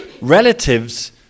relatives